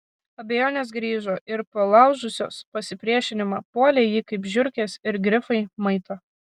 abejonės grįžo ir palaužusios pasipriešinimą puolė jį kaip žiurkės ir grifai maitą